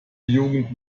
jugend